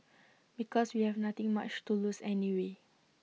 because we have nothing much to lose anyway